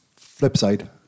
Flipside